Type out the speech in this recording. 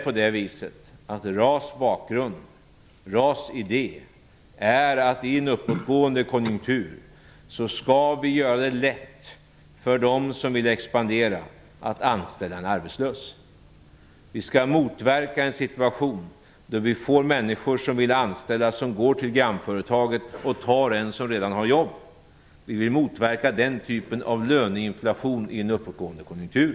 Idén bakom RAS är att vi skall göra det lätt för dem som vill expandera att anställa en arbetslös i en uppåtgående konjunktur. Vi skall motverka en situation då människor som vill anställa går till grannföretaget och tar en som redan har jobb. Vi vill motverka den typen av löneinflation i en uppåtgående konjunktur.